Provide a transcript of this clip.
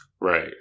Right